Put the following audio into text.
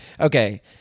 okay